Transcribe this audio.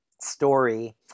story